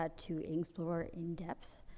ah to explore in depth,